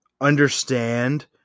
understand